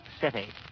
city